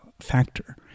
factor